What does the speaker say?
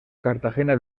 cartagena